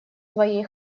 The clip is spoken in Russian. своей